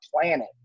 planet